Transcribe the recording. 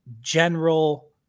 general